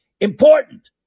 important